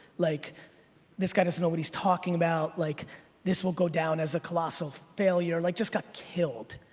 like this guy doesn't know what he's talking about, like this will go down as a colossal failure. like just got killed.